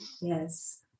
Yes